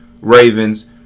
Ravens